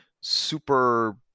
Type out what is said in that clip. super